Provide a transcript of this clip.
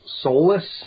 soulless